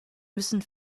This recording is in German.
müssen